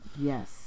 Yes